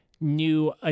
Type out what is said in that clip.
new